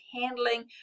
handling